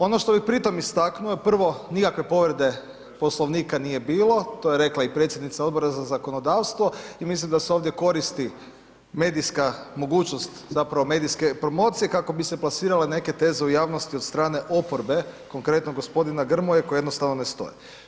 Ono što bi pri tome istaknuo je prvo, nikakve povrede Poslovnika nije bilo, to je rekla i predsjednica Odbora za zakonodavstvo i mislim da se ovdje koristi medijska mogućnost zapravo medijske promocije kako bi se plasirale neke teze u javnosti od strane oporbe, konkretno g. Grmoje koje jednostavno ne stoje.